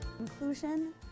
Inclusion